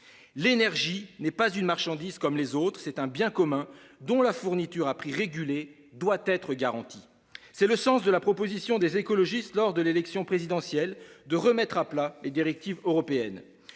L'énergie n'est pas une marchandise comme les autres ; c'est un bien commun dont la fourniture à prix régulé doit être garantie. C'est le sens de la proposition des écologistes lors de l'élection présidentielle de remettre à plat des directives européennes.